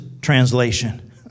translation